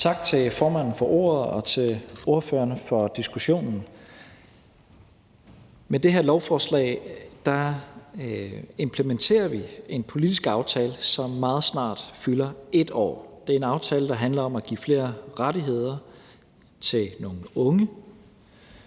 Tak til formanden for ordet og til ordførerne for diskussionen. Med det her lovforslag implementerer vi en politisk aftale, som meget snart fylder et år. Det er en aftale, der handler om at give flere rettigheder til nogle unge